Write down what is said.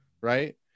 right